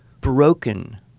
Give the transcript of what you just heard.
broken